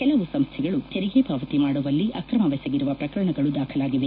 ಕೆಲವು ಸಂಸ್ಟಗಳು ತೆರಿಗೆ ಪಾವತಿ ಮಾಡುವಲ್ಲಿ ಅಕ್ರಮವೆಸಗಿರುವ ಪ್ರಕರಣಗಳು ದಾಖಲಾಗಿವೆ